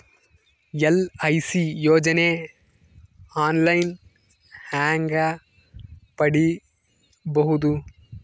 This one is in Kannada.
ಎಲ್.ಐ.ಸಿ ಯೋಜನೆ ಆನ್ ಲೈನ್ ಹೇಂಗ ಪಡಿಬಹುದು?